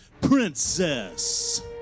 Princess